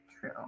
True